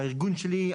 הארגון שלי,